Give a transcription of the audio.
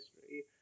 history